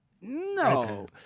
No